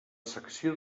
secció